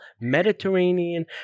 Mediterranean